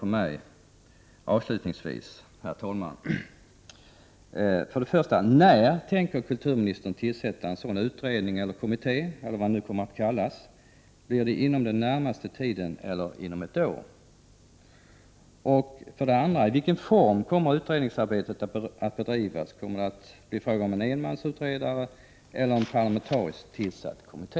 När tänker kulturministern för det första tillsätta en sådan utredning eller kommitté? Blir det inom den närmaste tiden eller inom ett år? I vilken form kommer för det andra utredningsarbetet att bedrivas? Kommer det att bli fråga om en enmansutredning eller en parlamentariskt tillsatt kommitté?